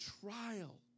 trial